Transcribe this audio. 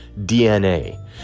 DNA